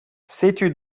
setu